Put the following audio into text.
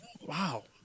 Wow